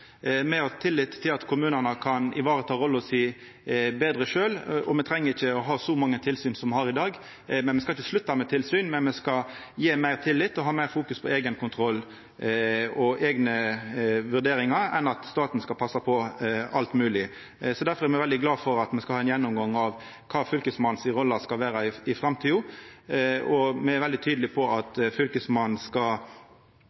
Me har tillit til at kommunane kan vareta rolla si betre sjølve, og me treng ikkje å ha så mange tilsyn som me har i dag – me skal ikkje slutta med tilsyn, men me skal gje meir tillit og ha meir fokus på eigen kontroll og eigne vurderingar enn at staten skal passa på alt mogleg. Derfor er me veldig glade for at me skal ha ein gjennomgang av kva fylkesmannen si rolle skal vera i framtida. Me er veldig tydelege på